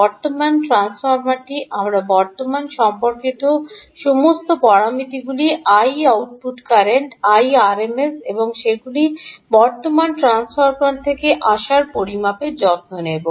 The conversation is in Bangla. বর্তমান ট্রান্সফর্মারটি আমরা বর্তমান সম্পর্কিত সমস্ত পরামিতিগুলি I output কারেন্ট Irms এবং সেগুলি বর্তমান ট্রান্সফরমার থেকে আসার পরিমাপের যত্ন নেব